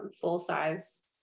full-size